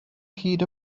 hyd